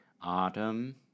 autumn